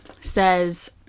says